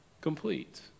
complete